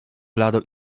blado